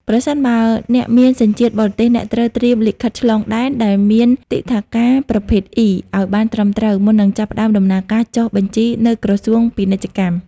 ប្រសិនបើអ្នកមានសញ្ជាតិបរទេស អ្នកត្រូវត្រៀមលិខិតឆ្លងដែនដែលមានទិដ្ឋាការប្រភេទ E ឱ្យបានត្រឹមត្រូវ មុននឹងចាប់ផ្ដើមដំណើរការចុះបញ្ជីនៅ ក្រសួងពាណិជ្ជកម្ម។